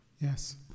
Yes